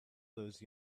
those